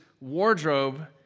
wardrobe